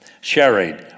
sharing